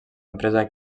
empresa